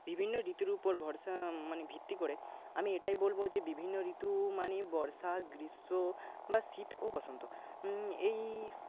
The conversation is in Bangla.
বিভিন্ন ঋতুর ওপর ভরসা মানে ভিত্তি করে আমি এটাই বলব যে বিভিন্ন ঋতু মানে বর্ষা গ্রীষ্ম বা শীত ও বসন্ত এই